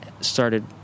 started